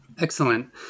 Excellent